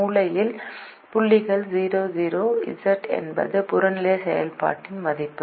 மூலையில் புள்ளி 0 0 z என்பது புறநிலை செயல்பாட்டின் மதிப்பு